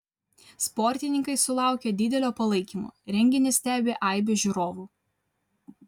sportininkai sulaukia didelio palaikymo renginį stebi aibė žiūrovų